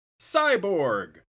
Cyborg